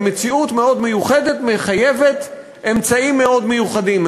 ומציאות מאוד מיוחדת מחייבת אמצעים מאוד מיוחדים,